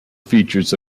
features